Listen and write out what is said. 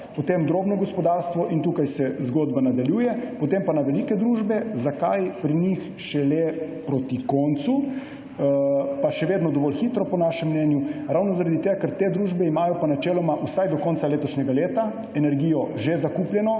potem drobno gospodarstvo in tukaj se zgodba nadaljuje, potem pa na velike družbe. Zakaj pri njih šele proti koncu, pa še vedno dovolj hitro po našem mnenju? Ravno zaradi tega, ker imajo te družbe načeloma vsaj do konca letošnjega leta energijo že zakupljeno,